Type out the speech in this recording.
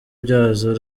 byazo